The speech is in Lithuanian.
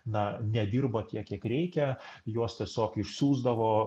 na nedirba tiek kiek reikia juos tiesiog išsiųsdavo